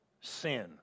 sin